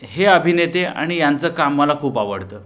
हे अभिनेते आणि यांचं काम मला खूप आवडतं